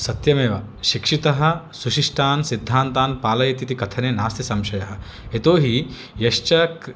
सत्यमेव शिक्षितः सुशिष्टान् सिद्धान्तान् पालयितीति कथने नास्ति संशयः यतोहि यश्च